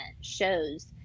shows